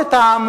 צרות?